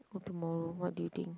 or tomorrow what do you think